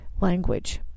language